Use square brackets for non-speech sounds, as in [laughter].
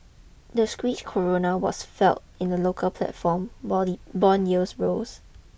the Czech koruna was [unintelligible] in the local platform while [unintelligible] bond yields rose